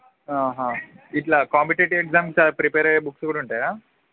ఇట్లా competitive exams prepare అయ్యే books కూడా ఉంటయా